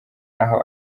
aho